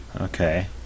okay